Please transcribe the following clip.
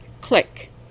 Click